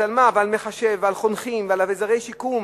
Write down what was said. ועל מחשב, ועל חונכים, ועל אביזרי שיקום,